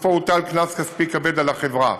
שבסופו הוטל קנס כספי כבד על החברה.